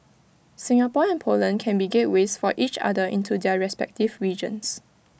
Singapore and Poland can be gateways for each other into their respective regions